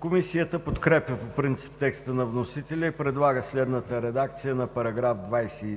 Комисията подкрепя по принцип текста на вносителя и предлага следната редакция на §